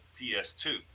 PS2